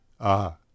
Ah